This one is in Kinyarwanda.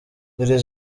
iri